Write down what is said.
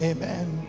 Amen